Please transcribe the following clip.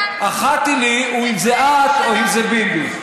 ואחת הוא לי אם זה את או אם זה ביבי.